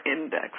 index